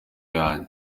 yanjye